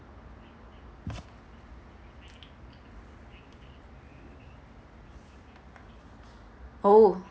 oh